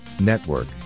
Network